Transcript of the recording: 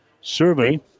Survey